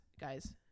guys